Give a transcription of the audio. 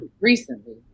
recently